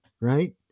right